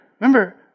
Remember